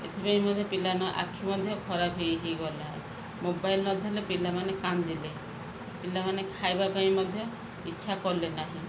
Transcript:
ଏଥିପାଇଁ ମଧ୍ୟ ପିଲାମାନ ଆଖି ମଧ୍ୟ ଖରାପ ହେଇ ହେଇଗଲା ମୋବାଇଲ୍ ନଦେଲେ ପିଲାମାନେ କାନ୍ଦିଲେ ପିଲାମାନେ ଖାଇବା ପାଇଁ ମଧ୍ୟ ଇଚ୍ଛା କଲେ ନାହିଁ